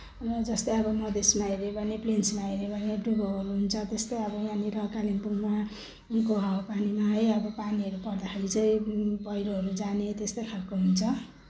जस्तै अब मधेसमा हेऱ्यो भने प्लेन्समा हेऱ्यो भने डुबाउहरू हुन्छ त्यस्तै अब यहाँनिर कालिम्पोङमा यहीँको हावापानीमा है अब पानीहरू पर्दाखेरि चाहिँ पहिरोहरू जाने त्यस्तै खालको हुन्छ